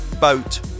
Boat